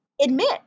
admit